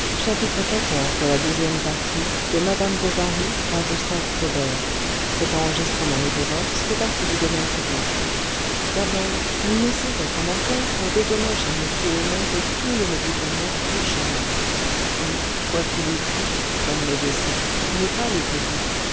d'abord il ne savait comment faire pour dédommager m homais de tous les médicaments pris chez lui et quoiqu'il eût pu comme médecin ne pas les payer